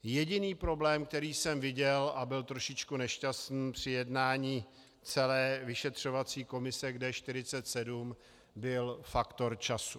Jediný problém, který jsem viděl a byl trošičku nešťastný při jednání celé vyšetřovací komise k D47, byl faktor času.